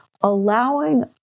allowing